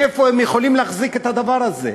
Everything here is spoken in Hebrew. מאיפה הן יכולות להחזיק את הדבר הזה?